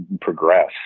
progress